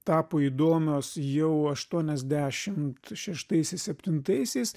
tapo įdomios jau aštuoniasdešimt šeštaisiais septintaisiais